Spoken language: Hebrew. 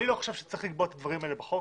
אני לא חושב שצריך לקבוע את הדברים האלה בחוק.